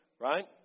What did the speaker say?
Right